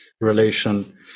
relation